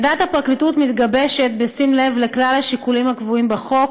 עמדת הפרקליטות מתגבשת בשים לב לכלל השיקולים הקבועים בחוק,